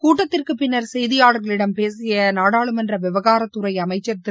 கூட்டத்திற்கு பின்னர் செய்தியாளர்களிடம் பேசிய நாடாளுமன்ற விவகாரத்துறை அமைச்சர் திரு